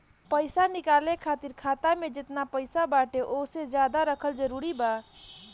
पईसा निकाले खातिर खाता मे जेतना पईसा बाटे ओसे ज्यादा रखल जरूरी बा?